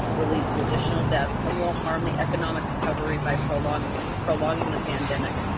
will lead to additional deaths, and will harm the economic recovery by prolonging prolonging the pandemic.